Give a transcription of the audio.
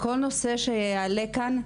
בכל נושא שיעלה כאן,